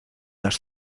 las